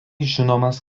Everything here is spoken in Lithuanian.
žinomas